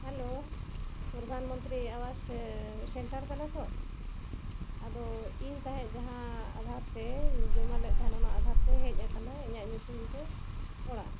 hello ᱯᱨᱚᱫᱷᱟᱱᱢᱚᱱᱛᱨᱤ ᱟᱵᱟᱥ centre ᱠᱟᱱᱟ ᱛᱚ ᱟᱫᱚ ᱤᱧ ᱛᱟᱦᱮᱸᱫ ᱡᱟᱦᱟᱸ ᱟᱫᱷᱟᱨ ᱛᱮ ᱡᱚᱢᱟ ᱞᱮᱫ ᱛᱟᱦᱮᱱ ᱚᱱᱟ ᱟᱫᱷᱟᱨ ᱛᱮ ᱦᱮᱡ ᱟᱠᱟᱱᱟ ᱤᱧᱟᱹᱜ ᱧᱩᱛᱩᱢ ᱛᱮ ᱚᱲᱟᱜ